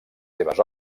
seves